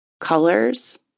colors